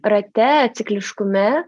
rate cikliškume